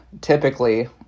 Typically